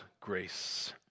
grace